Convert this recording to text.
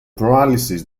paralysis